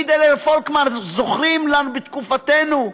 פולקמן, זוכרים לנו, בתקופתנו.